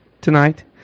tonight